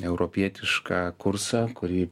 europietišką kursą kurį